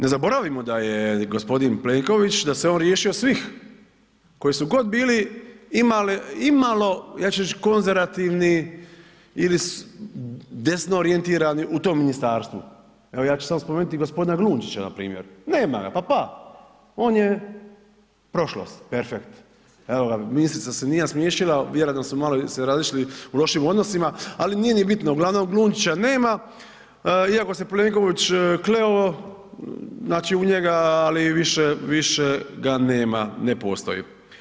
Ne zaboravimo da je g. Plenković, da se on riješio svih koji su god bili imalo, ja ću reć konzervativno ili desno orijentirani u tom ministarstvu, evo ja ću samo spomenuti g. Glunčića npr., nema ga, pa pa, on je prošlost, perfekt, evo ga ministrica se nije nasmišila, vjerojatno su malo se razišli u lošim odnosima, ali nije ni bitno, uglavnom Glunčića nema iako se Plenković kleo znači u njega, ali više, više ga nema, ne postoji.